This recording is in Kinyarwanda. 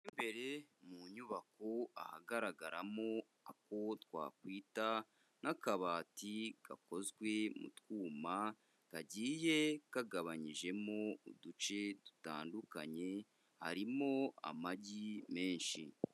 Imbere mu nyubako ahagaragaramo ako twakwita nk'akabati gakozwe mu twuma kagiye kagabanyijemo uduce dutandukanye, harimo amagi menshi.